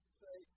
say